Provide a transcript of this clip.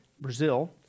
Brazil